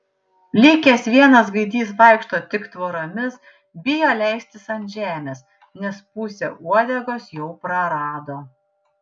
likęs vienas gaidys vaikšto tik tvoromis bijo leistis ant žemės nes pusę uodegos jau prarado